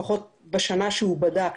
לפחות בשנה שהוא בדק,